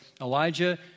Elijah